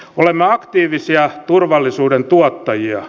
olemme aktiivisia turvallisuuden tuottajia